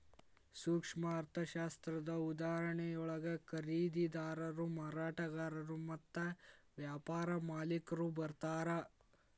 ಸೂಕ್ಷ್ಮ ಅರ್ಥಶಾಸ್ತ್ರದ ಉದಾಹರಣೆಯೊಳಗ ಖರೇದಿದಾರರು ಮಾರಾಟಗಾರರು ಮತ್ತ ವ್ಯಾಪಾರ ಮಾಲಿಕ್ರು ಬರ್ತಾರಾ